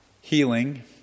Healing